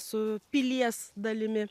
su pilies dalimi